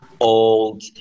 Old